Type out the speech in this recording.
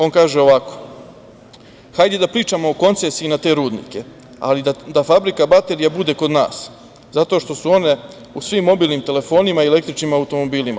On kaže ovako: „Hajde da pričamo o koncesiji na te rudnike, ali da fabrika baterija bude kod nas zato što su one u svim mobilnim telefonima i električnim automobilima.